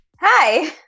Hi